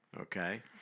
Okay